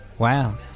Wow